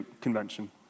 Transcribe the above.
convention